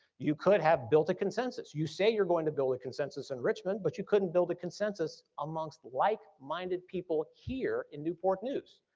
you could have built a consensus. you say you're going to build a consensus in richmond, but you couldn't build a consensus amongst like-minded people here in newport news.